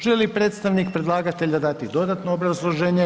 Želi li predstavnik predlagatelja dati dodatno obrazloženje?